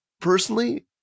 personally